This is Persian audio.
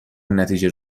نتیجه